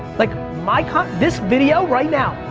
like like ah this video right now,